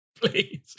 Please